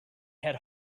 had